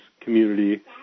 community